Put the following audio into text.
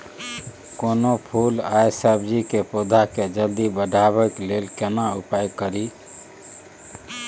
कोनो फूल आ सब्जी के पौधा के जल्दी बढ़ाबै लेल केना उपाय खरी?